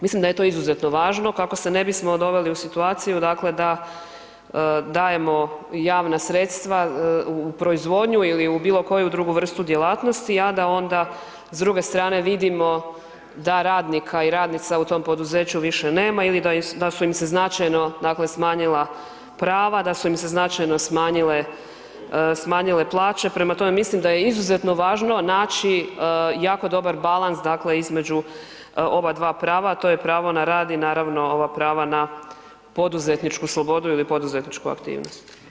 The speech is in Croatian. Mislim da je to izuzetno važno kako se ne bismo doveli u situaciju dakle da dajemo javna sredstva u proizvodnju ili u bilokoju drugu vrstu djelatnosti a da onda s druge strane vidimo da radnika i radnica u tom poduzeću više nema ili da su im se značajno dakle smanjila prava, da su im se značajno smanjile plaće, prema tome, mislim da je izuzetno važno naći jako dobar balans između ova dva prava a to je pravo na rad i naravno ova prava na poduzetničku slobodu ili poduzetničku aktivnost.